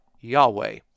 Yahweh